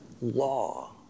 law